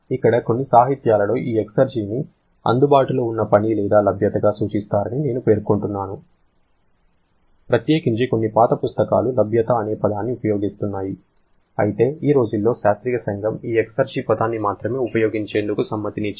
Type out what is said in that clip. ఇక్కడ కొన్ని సాహిత్యాలలో ఈ ఎక్సర్జీని అందుబాటులో ఉన్న పని లేదా లభ్యతగా సూచిస్తారని నేను పేర్కొంటున్నాను ప్రత్యేకించి కొన్ని పాత పుస్తకాలు లభ్యత అనే పదాన్ని ఉపయోగిస్తున్నాయి అయితే ఈ రోజుల్లో శాస్త్రీయ సంఘం ఈ ఎక్సెర్జి పదాన్ని మాత్రమే ఉపయోగించేందుకు సమ్మతిని ఇచ్చింది